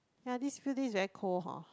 ya these few days very cold horn